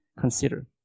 consider